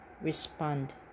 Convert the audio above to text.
respond